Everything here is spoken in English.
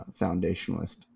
foundationalist